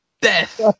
death